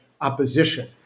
opposition